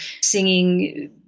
singing